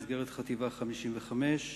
במסגרת חטיבה 55 בשיח'-ג'ראח,